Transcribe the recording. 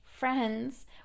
Friends